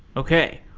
okay.